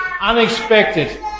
unexpected